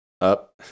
Up